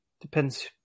depends